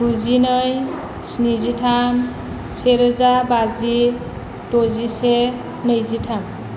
गुजिनै स्निजिथाम से रोजा बाजि दजिसे नैजिथाम